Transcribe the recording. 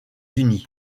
unis